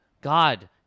god